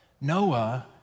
Noah